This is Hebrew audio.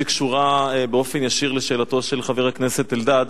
שקשורה באופן ישיר לשאלתו של חבר הכנסת אלדד,